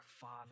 father